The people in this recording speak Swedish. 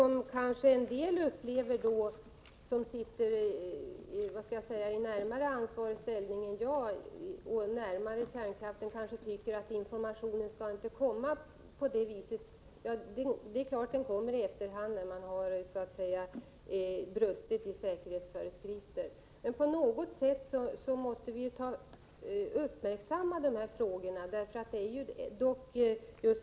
Men en del personer som har en mera ansvarig ställning på kärnkraftsområdet än jag tycker att informationen inte skall komma fram på det vis som skett här, dvs. i efterhand, när det har förekommit brott mot säkerhetsföreskrifter. På något sätt måste dessa frågor uppmärksammas.